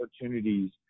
opportunities